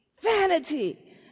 vanity